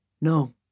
No